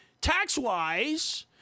tax-wise